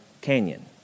canyon